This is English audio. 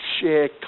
share